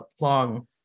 long